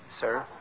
sir